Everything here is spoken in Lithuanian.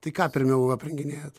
tai ką pirmiau aprenginėjat